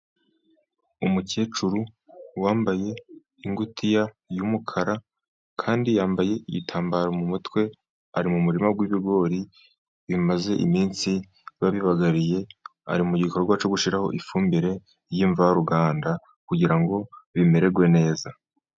Umukecuru wambaye ingutiya y'umukara kandi yambaye igitambaro mu mutwe, ari mu muririma w'ibigori bimaze iminsi babibagariye, ari mu gikorwa cyo gushyiraho ifumbire y'imvaruganda, kugirango bimererwe neza.